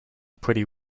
pretty